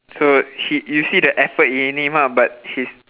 so he you see the effort in him ah but he's